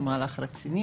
הוא מהלך רציני,